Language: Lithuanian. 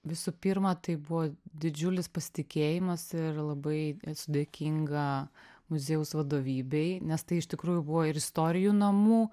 visų pirma tai buvo didžiulis pasitikėjimas ir labai esu dėkinga muziejaus vadovybei nes tai iš tikrųjų buvo ir istorijų namų